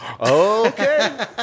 Okay